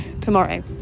tomorrow